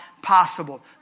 possible